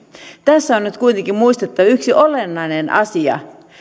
on nyt kuitenkin muistettava yksi olennainen asia